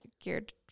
geared